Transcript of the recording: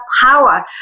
power